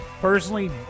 personally